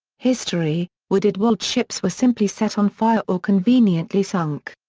history wooded-walled ships were simply set on fire or conveniently sunk.